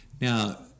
Now